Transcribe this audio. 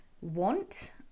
want